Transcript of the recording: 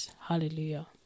Hallelujah